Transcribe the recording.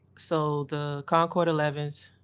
so the concord eleven s,